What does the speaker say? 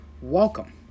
Welcome